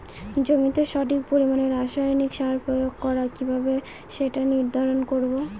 জমিতে সঠিক পরিমাণে রাসায়নিক সার প্রয়োগ করা কিভাবে সেটা নির্ধারণ করব?